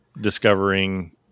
discovering